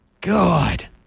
God